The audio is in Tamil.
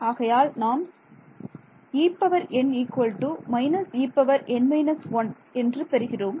ஆகையால் நாம் En − En−1 என்று பெறுகிறோம்